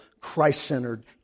Christ-centered